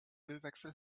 ölwechsel